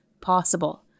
possible